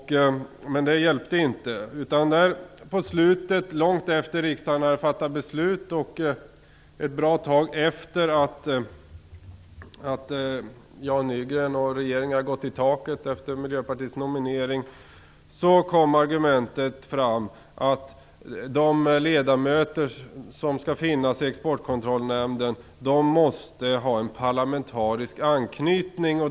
Men det hjälpte inte. Långt efter det att riksdagen hade fattat beslut - ett bra tag efter det att Jan Nygren och regeringen hade gått i taket på grund av Miljöpartiets nominering - kom argumentet att Exportkontrollrådets ledamöter måste ha en parlamentarisk anknytning.